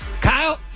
kyle